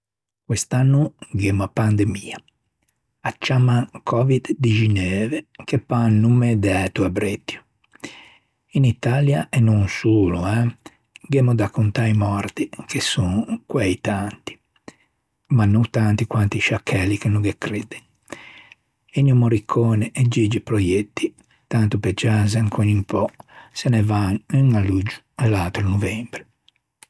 Quest'anno gh'emmo a pandemia. A ciamman Covid dixineuve che pâ un nomme dæto à breuttio. In Italia e no solo eh gh'emmo da cont i mòrti che son guæi tanti ma no tanti quanti i sciaccæli che no ghe credde. Ennio Morricone e Gigi Proietti, tanto pe cianze ancon un pö, se ne van un à luggio e l'atro à novembre.